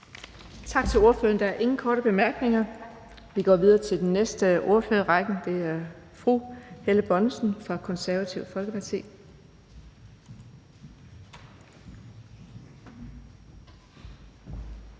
Tak til ordføreren. Der er ingen korte bemærkninger. Vi går videre til den næste i ordførerrækken, og det er fru Helle Bonnesen fra Det Konservative Folkeparti.